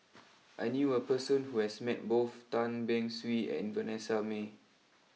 I knew a person who has met both Tan Beng Swee and Vanessa Mae